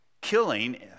killing